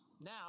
Now